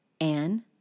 Anne